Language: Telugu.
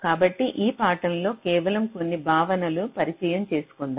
కాబట్టి ఈ పాఠం లో కేవలం కొన్ని భావనలు పరిచయం చేసుకుందాం